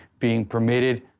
being permitted,